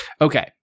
Okay